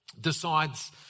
decides